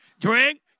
drink